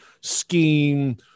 scheme